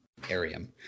Arium